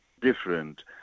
different